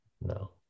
no